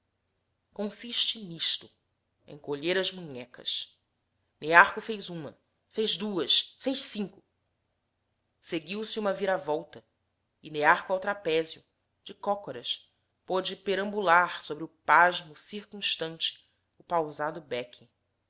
consiste nisto encolher as munhecas nearco fez uma duas fez cinco seguiu-se uma viravolta e nearco ao trapézio de cócoras pôde perambular sobre o pasmo circunstante o pausado